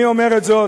אני אומר את זה,